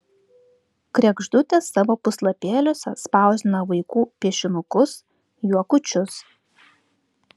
kregždutė savo puslapėliuose spausdina vaikų piešinukus juokučius